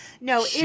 No